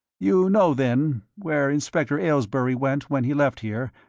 you know, then, where inspector aylesbury went when he left here,